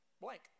blank